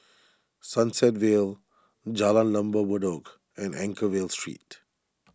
Sunset Vale Jalan Lembah Bedok and Anchorvale Street